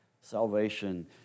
Salvation